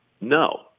No